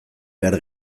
behar